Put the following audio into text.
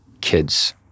kids